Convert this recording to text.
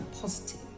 positive